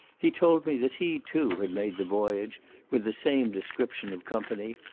he told me that he too had made the voyage with the same description of company,